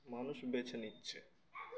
মানুষ বেছে নিচ্ছে